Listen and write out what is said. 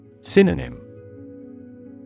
Synonym